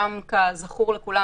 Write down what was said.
כזכור לכולם,